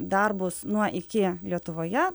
darbus nuo iki lietuvoje